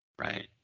Right